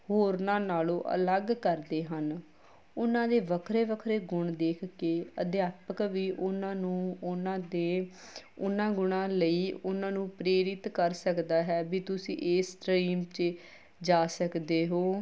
ਹੋਰਨਾਂ ਨਾਲੋ ਅਲੱਗ ਕਰਦੇ ਹਨ ਉਹਨਾਂ ਦੇ ਵੱਖਰੇ ਵੱਖਰੇ ਗੁਣ ਦੇਖ ਕੇ ਅਧਿਆਪਕ ਵੀ ਉਹਨਾਂ ਨੂੰ ਉਹਨਾਂ ਦੇ ਉਹਨਾਂ ਗੁਣਾਂ ਲਈ ਉਹਨਾਂ ਨੂੰ ਪ੍ਰੇਰਿਤ ਕਰ ਸਕਦਾ ਹੈ ਵੀ ਤੁਸੀਂ ਇਸ ਸਟ੍ਰੀਮ 'ਚ ਜਾ ਸਕਦੇ ਹੋ